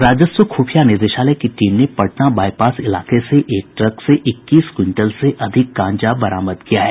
राजस्व खुफिया निदेशालय की टीम ने पटना बाईपास इलाके से एक ट्रक से इक्कीस क्विंटल से अधिक गांजा बरामद किया है